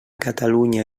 catalunya